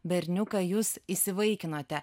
berniuką jūs įsivaikinote